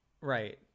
Right